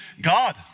God